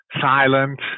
silent